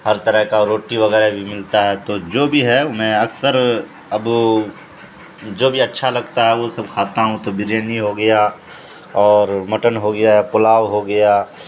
ہر طرح کا روٹی وغیرہ بھی ملتا ہے تو جو بھی ہے میں اکثر اب جو بھی اچھا لگتا ہے وہ سب کھاتا ہوں تو بریانی ہو گیا اور مٹن ہو گیا ہے پلاؤ ہو گیا